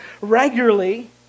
regularly